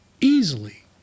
easily